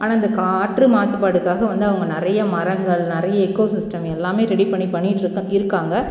ஆனால் இந்த காற்று மாசுபாடுக்காக வந்து அவங்க நிறைய மரங்கள் நிறைய எக்கோ சிஸ்டம் எல்லாமே ரெடி பண்ணிகிட்டு பண்ணிகிட்டு இருக்காங்க